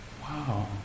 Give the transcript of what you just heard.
Wow